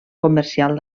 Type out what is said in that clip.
comercial